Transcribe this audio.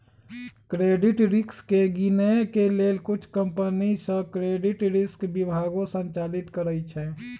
credit risk के गिनए के लेल कुछ कंपनि सऽ क्रेडिट रिस्क विभागो संचालित करइ छै